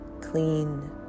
clean